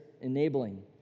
enabling